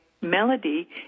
Melody